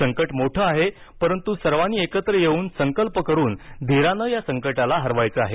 संकट मोठं आहे परंतु सर्वानी एकत्र येऊन संकल्प करून धीराने या संकटाला हरवायचं आहे